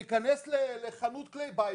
להיכנס לחנות כלי בית,